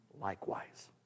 likewise